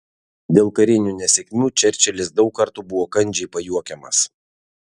dėl karinių nesėkmių čerčilis daug kartų buvo kandžiai pajuokiamas